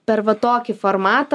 per va tokį formatą